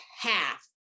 half